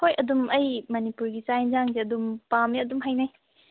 ꯍꯣꯏ ꯑꯗꯨꯝ ꯑꯩ ꯃꯅꯤꯄꯨꯔꯒꯤ ꯆꯥꯛ ꯑꯦꯟꯁꯥꯡꯁꯦ ꯑꯗꯨꯝ ꯄꯥꯝꯃꯦ ꯑꯗꯨꯝ ꯍꯩꯅꯩ